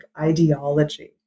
ideology